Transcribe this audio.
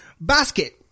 Basket